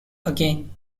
again